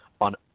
on